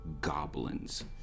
goblins